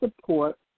support